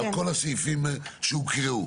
על כל הסעיפים שהוקראו.